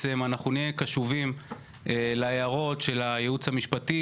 נהיה קשובים להערות של הייעוץ המשפטי